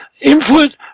input